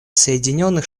соединенных